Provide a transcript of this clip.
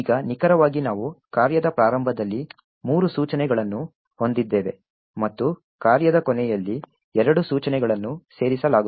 ಈಗ ನಿಖರವಾಗಿ ನಾವು ಕಾರ್ಯದ ಪ್ರಾರಂಭದಲ್ಲಿ ಮೂರು ಸೂಚನೆಗಳನ್ನು ಹೊಂದಿದ್ದೇವೆ ಮತ್ತು ಕಾರ್ಯದ ಕೊನೆಯಲ್ಲಿ ಎರಡು ಸೂಚನೆಗಳನ್ನು ಸೇರಿಸಲಾಗುತ್ತದೆ